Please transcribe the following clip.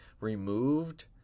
removed